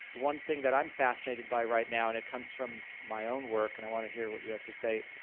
one thing that i'm fascinated by right now and it comes from my own work, and i want to hear what you have to say,